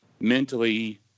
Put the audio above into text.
mentally